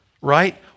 right